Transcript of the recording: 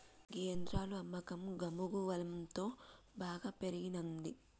గీ యంత్రాల అమ్మకం గమగువలంతో బాగా పెరిగినంది